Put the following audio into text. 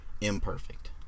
imperfect